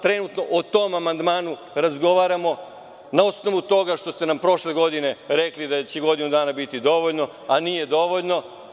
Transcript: Trenutno o tom amandmanu razgovaramo na osnovu toga što ste nam prošle godine rekli da će godinu dana biti dovoljno a nije dovoljno.